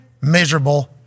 miserable